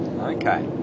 Okay